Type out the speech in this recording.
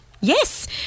Yes